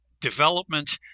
development